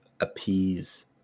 appease